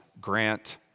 Grant